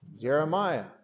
Jeremiah